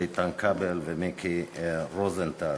איתן כבל ומיקי רוזנטל.